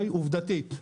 עובדתית.